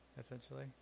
essentially